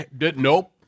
nope